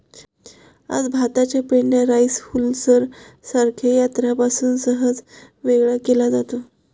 आज भाताचा पेंढा राईस हुलरसारख्या यंत्रापासून सहज वेगळा केला जातो